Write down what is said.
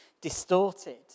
distorted